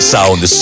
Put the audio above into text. Sound